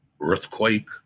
earthquake